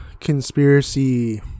conspiracy